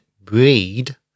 breed